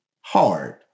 hard